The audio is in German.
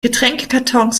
getränkekartons